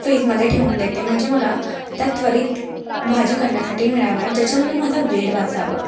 फ्रीजमध्ये ठेवून देते म्हणजे मला त्या त्वरित भाजी करण्यासाठी मिळाव्या ज्याच्यामुळे माझा वेळ वाचावा